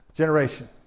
generation